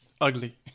ugly